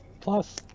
Plus